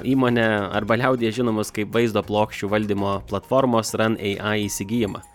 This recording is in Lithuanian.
įmonė arba liaudyje žinomos kaip vaizdo plokščių valdymo platformos runai įsigijimą